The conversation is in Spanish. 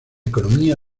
economía